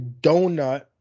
donut